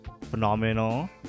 phenomenal